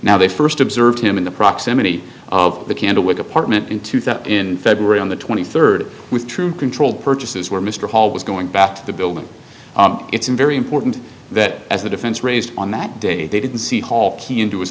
now they first observed him in the proximity of the candlewick apartment into that in february on the twenty third with true controlled purchases where mr hall was going back to the building it's very important that as the defense raised on that day they didn't see hall key into his